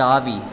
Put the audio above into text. தாவி